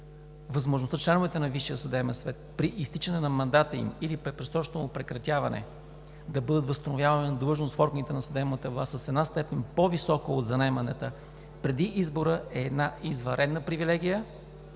възможността членовете на Висшия съдебен съвет при изтичане на мандата им или при предсрочно прекратяване да бъдат възстановявани на длъжност в органите на съдебната власт с една степен по-високо от заеманата преди избора е една извънредна привилегия,